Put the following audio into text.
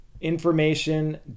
information